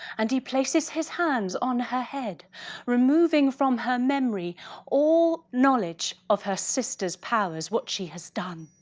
and he places his hands on her head removing from her memory all knowledge of her sister's powers what she has done.